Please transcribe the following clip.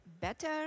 better